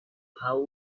how